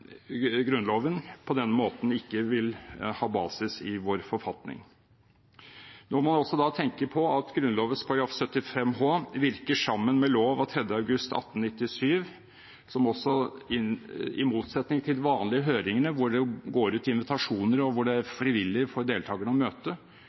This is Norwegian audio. Grunnloven på den måten ikke vil ha basis i vår forfatning. Nå må man også tenke på at Grunnloven § 75 h virker sammen med lov av 3. august 1897. I motsetning til de vanlige høringene – hvor det går ut invitasjoner, og hvor det er frivillig for deltakerne å møte